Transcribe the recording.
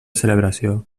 celebració